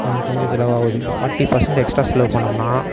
நமக்கு வந்து செலவாகுது ஃபார்ட்டி பர்சண்ட் எக்ஸ்ட்டா செலவு பண்ணிணோம்னா